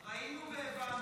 ראינו והבנו.